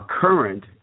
current